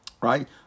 Right